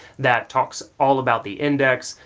that talks all about the index,